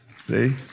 See